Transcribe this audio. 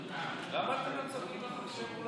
הודעת הממשלה על